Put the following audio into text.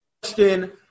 question